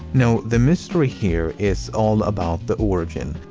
no, the mystery here is all about the origin.